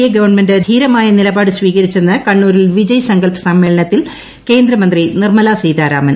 A government ധീരമായ നിലപാട് സ്വീകരിച്ചെന്ന് കണ്ണൂരിൽ വിജയ്സങ്കല്പ് സമ്മേളനത്തിൽ കേന്ദ്രമന്ത്രി നിർമ്മലാ സീതാരാമൻ